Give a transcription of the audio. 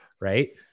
Right